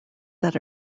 that